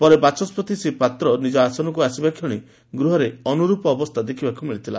ପରେ ବାଚସ୍ୱତି ଶ୍ରୀପାତ୍ର ନିଜ ଆସନକୁ ଆସିବା କ୍ଷଣି ଗୃହରେ ଅନୁର୍ପ ଦେଖ୍ବାକୁ ମିଳିଥିଲା